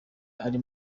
ari